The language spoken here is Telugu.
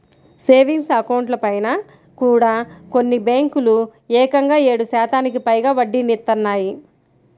సేవింగ్స్ అకౌంట్లపైన కూడా కొన్ని బ్యేంకులు ఏకంగా ఏడు శాతానికి పైగా వడ్డీనిత్తన్నాయి